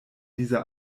dieser